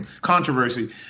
controversy